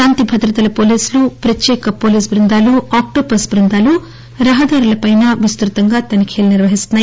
శాంతి భద్రతల పోలీసులు పత్యేక పోలీసు బృందాలు ఆక్టోపస్ బృందాలు రహదారులపై విస్తృతంగా తనిఖీలు నిర్వహిస్తున్నాయి